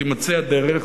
שתימצא הדרך